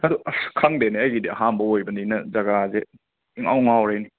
ꯑꯗꯣ ꯑꯁ ꯈꯪꯗꯦꯅꯦ ꯑꯩꯒꯤꯗꯤ ꯑꯍꯥꯟꯕ ꯑꯣꯏꯕꯅꯤꯅ ꯖꯒꯥꯁꯦ ꯏꯉꯥꯎ ꯉꯥꯎꯔꯦꯅꯦ